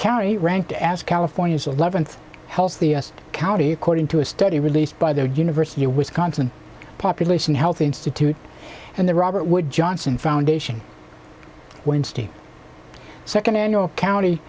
carry rank to ask california's eleventh health of the county according to a study released by the university of wisconsin population health institute and the robert wood johnson foundation wednesday second annual county